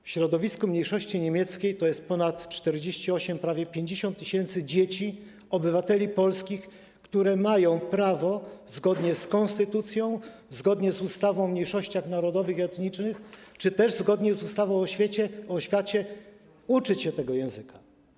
W środowisku mniejszości niemieckiej jest ponad 48 tys., prawie 50 tys. dzieci, obywateli polskich, dzieci, które mają prawo, zgodnie z konstytucją, zgodnie z ustawą o mniejszościach narodowych i etnicznych czy też zgodnie z ustawą o oświacie, uczyć się tego języka.